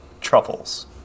truffles